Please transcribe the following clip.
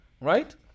right